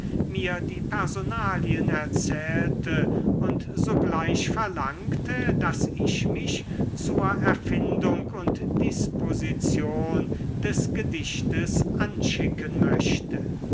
mir die personalien erzählte und sogleich verlangte daß ich mich zur erfindung und disposition des gedichtes anschicken möchte